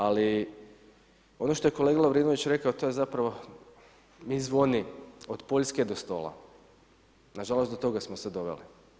Ali ono što je kolega Lovrinović rekao to je zapravo mi zvoni od Poljske do stola, na žalost do toga smo se doveli.